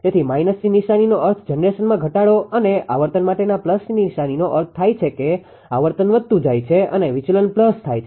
તેથી માઈનસની નિશાનીનો અર્થ જનરેશનમાં ઘટાડો અને આવર્તન માટેના પ્લસની નિશાનીનો અર્થ થાય છે કે આવર્તન વધતું જાય છે અને વિચલન પ્લસ છે